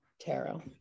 Tarot